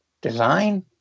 design